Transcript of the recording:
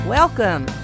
Welcome